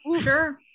sure